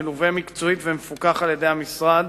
מלווה מקצועית ומפוקח על-ידי המשרד.